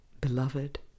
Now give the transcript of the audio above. beloved